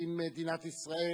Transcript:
עם מדינת ישראל,